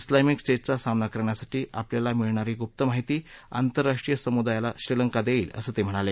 उलामिक स्टेटचा सामना करण्यासाठी आपल्याला मिळणारी गुप्त माहिती आंतरराष्ट्रीय समुदायाला श्रीलंका देईल असं ते म्हणाले